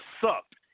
sucked